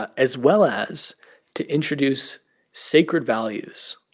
ah as well as to introduce sacred values,